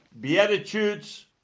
Beatitudes